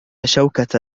شوكة